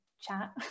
chat